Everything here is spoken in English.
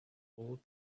pulled